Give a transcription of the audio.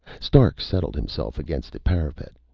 stark settled himself against the parapet.